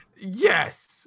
yes